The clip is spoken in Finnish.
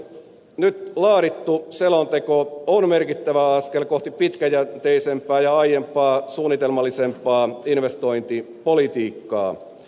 nyt laadittu selonteko on merkittävä askel kohti pitkäjänteisempää ja aiempaa suunnitelmallisempaa investointipolitiikkaa